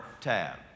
tab